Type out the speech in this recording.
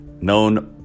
known